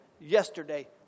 yesterday